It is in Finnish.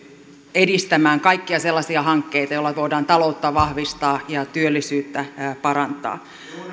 edistämään kaikkia sellaisia hankkeita joilla voidaan taloutta vahvistaa ja työllisyyttä parantaa